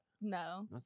No